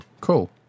cool